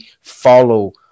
follow